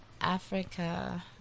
Africa